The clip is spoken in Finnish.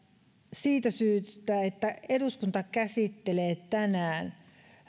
siitä syystä että eduskunta käsittelee tänään